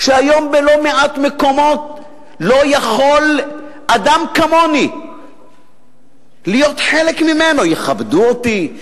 שהיום בלא מעט מקומות לא יכול אדם כמוני להיות חלק: יכבדו אותי?